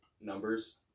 numbers